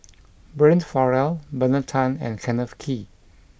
Brian Farrell Bernard Tan and Kenneth Kee